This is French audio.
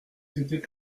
c’était